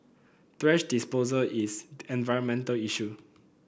thrash disposal is an environmental issue